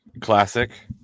Classic